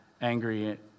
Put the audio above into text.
angry